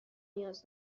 نیاز